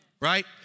Right